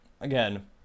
again